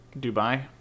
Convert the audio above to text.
Dubai